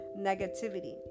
negativity